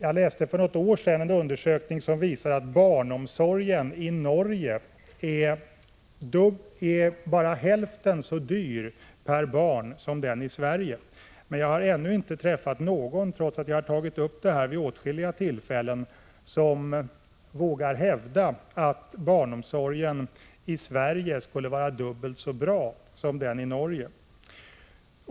Jag läste för något år sedan att en undersökning visat att barnomsorgen i Norge bara är hälften så dyr per barn som barnomsorgen i Sverige. Trots att jag har tagit upp denna fråga vid åtskilliga tillfällen har jag emellertid ännu inte träffat någon som vågar hävda att barnomsorgen i Sverige skulle vara dubbelt så bra som den i Norge.